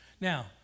Now